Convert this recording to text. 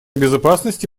безопасности